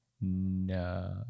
No